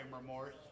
remorse